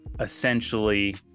essentially